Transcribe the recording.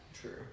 True